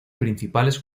principales